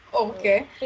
Okay